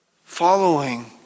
following